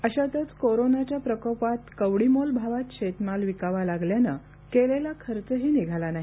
अशातच कोरोनाच्या प्रकोपात कवडीमोल भावात शेतमाल विकावा लागल्याने लावलेला खर्चही निघाला नाही